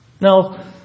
Now